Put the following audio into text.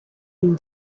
une